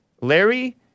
Larry